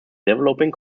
developing